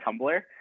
Tumblr